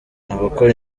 abakora